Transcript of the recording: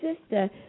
sister